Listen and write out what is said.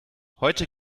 heute